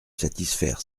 satisfaire